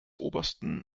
obersten